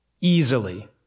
easily